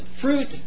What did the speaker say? fruit